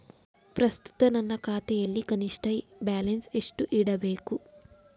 ಪ್ರಸ್ತುತ ನನ್ನ ಖಾತೆಯಲ್ಲಿ ಕನಿಷ್ಠ ಬ್ಯಾಲೆನ್ಸ್ ಎಷ್ಟು ಇಡಬೇಕು?